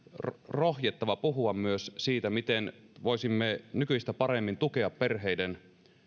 rohjettava puhua myös siitä miten voisimme nykyistä paremmin tukea perheiden